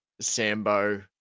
Sambo